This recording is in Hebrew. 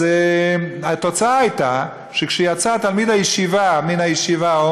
אז התוצאה הייתה שכשיצא תלמיד הישיבה מן הישיבה או